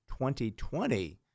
2020